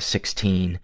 sixteen,